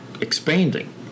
expanding